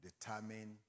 determine